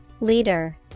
Leader